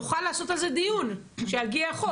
נוכל לעשות על זה דיון כשיגיע החוק,